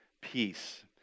peace